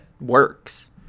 works